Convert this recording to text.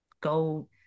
go